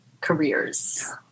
careers